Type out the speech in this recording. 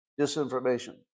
disinformation